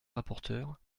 rapporteure